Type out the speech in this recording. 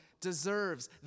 deserves